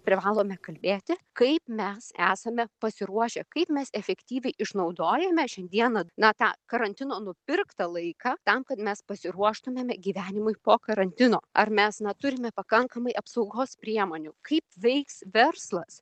privalome kalbėti kaip mes esame pasiruošę kaip mes efektyviai išnaudojame šiandieną na tą karantino nupirktą laiką tam kad mes pasiruoštumėme gyvenimui po karantino ar mes na turime pakankamai apsaugos priemonių kaip veiks verslas